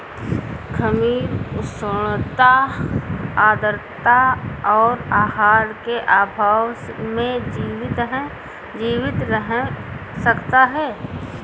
खमीर उष्णता आद्रता और आहार के अभाव में जीवित रह सकता है